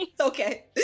Okay